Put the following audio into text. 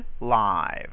live